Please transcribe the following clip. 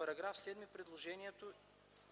В § 7 предложеното